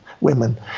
women